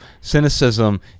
Cynicism